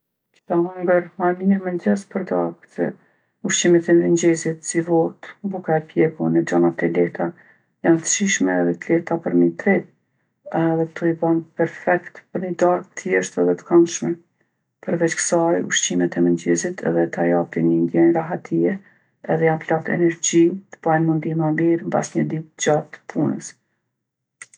Kisha hangër ma mirë mengjez për darkë se ushqimet e mëngjezit si votë, buka e pjekun, e gjanat e lehta janë t'shishme edhe të lehta për me i tretë edhe kto i bon perfekt për ni darkë t'thjeshtë edhe t'kandshme. Përveç ksaj, ushqimet e mengjezit edhe ta japin ni ndjenë rahatije edhe janë plot energji, t'bajn mu ndi ma mirë mbas një ditë t'gjatë t'punës.